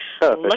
look